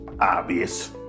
Obvious